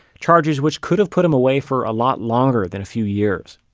charges which could have put him away for a lot longer than a few years.